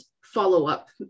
follow-up